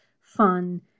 fun